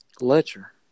Letcher